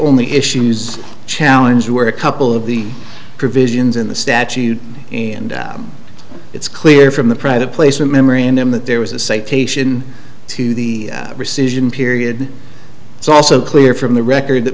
only issues challenge were a couple of the provisions in the statute and it's clear from the private placement memory and then that there was a citation to the rescission period it's also clear from the record that